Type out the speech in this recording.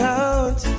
out